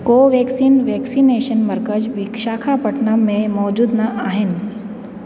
Covaxin vaccination मर्कज़ु विशाखापटनम में मौजूदु न आहिनि